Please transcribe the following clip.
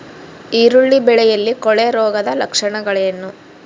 ಈರುಳ್ಳಿ ಬೆಳೆಯಲ್ಲಿ ಕೊಳೆರೋಗದ ಲಕ್ಷಣಗಳೇನು?